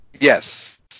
Yes